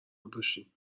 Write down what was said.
نباشین